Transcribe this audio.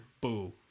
Boo